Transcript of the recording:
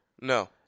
No